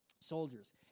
soldiers